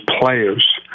players